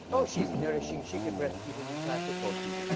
oh, she's nourishing chicken breast feed an entire football team